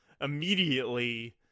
immediately